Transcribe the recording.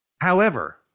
However-